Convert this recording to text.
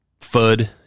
FUD